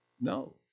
no